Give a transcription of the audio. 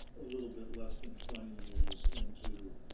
a little bit less than twenty years into,